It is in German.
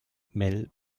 mel